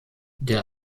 der